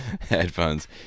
headphones